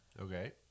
Okay